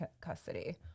custody